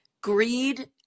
greed